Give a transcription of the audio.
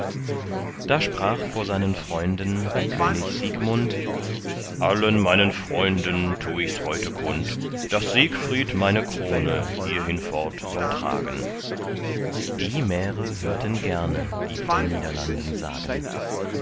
da sprach vor seinen freunden der könig siegmund allen meinen freunden tu ichs heute kund daß siegfried meine krone hier hinfort soll tragen die märe hörten gerne die von niederlanden sagen